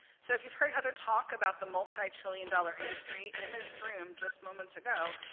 so if you've heard heather talk about the multitrillion-dollar industry in this room just moments ago,